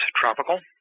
tropical